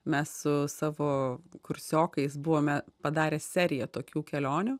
mes su savo kursiokais buvome padarę seriją tokių kelionių